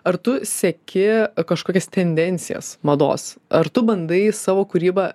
ar tu seki kažkokias tendencijas mados ar tu bandai savo kūrybą